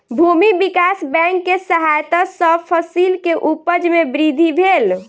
भूमि विकास बैंक के सहायता सॅ फसिल के उपज में वृद्धि भेल